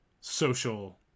social